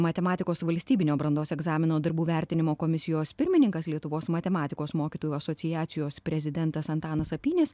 matematikos valstybinio brandos egzamino darbų vertinimo komisijos pirmininkas lietuvos matematikos mokytojų asociacijos prezidentas antanas apynis